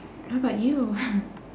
how about you